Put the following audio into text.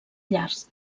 llargs